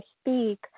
speak